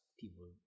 people